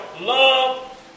love